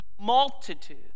multitude